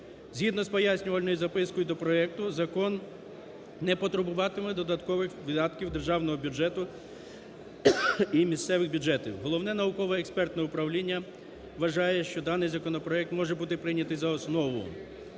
Згідно з Пояснювальною запискою до проекту закон не потребуватиме додаткових видатків з державного бюджету і місцевих бюджетів. Головне науково-експертне управління вважає, що даний законопроект може бути прийнятий за основу.